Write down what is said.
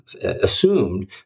assumed